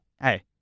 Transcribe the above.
hey